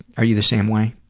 are you the same way?